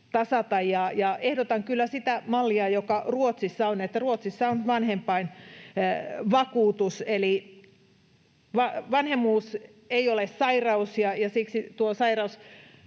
Ehdotan kyllä sitä mallia, joka Ruotsissa on. Ruotsissa on vanhempainvakuutus. Vanhemmuus ei ole sairaus, ja siksi tuosta